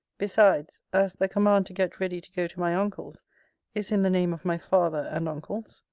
besides, as the command to get ready to go to my uncle's is in the name of my father and uncles,